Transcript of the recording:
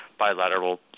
bilateral